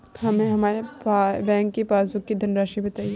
हमें हमारे बैंक की पासबुक की धन राशि बताइए